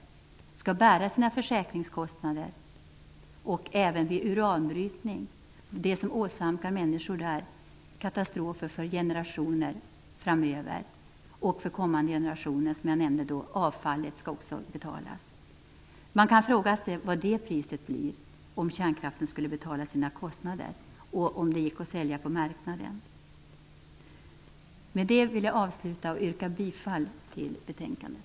Den skall bära sina försäkringskostnader, även vid uranbrytningen, den som åsamkar berörda människor katastrofer för generationer framöver. Den skall också betala kommande generationer vad det kostar att ta hand om avfallet. Man kan fråga sig vad elpriset skulle bli om kärnkraften skulle betala sina kostnader. Skulle den elen gå att sälja på marknaden? Med det vill jag avsluta och yrka bifall till hemställan i betänkandet.